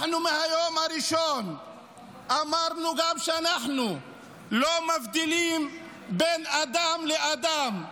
אנחנו מהיום הראשון אמרנו גם שאנחנו לא מבדילים בין אדם לאדם,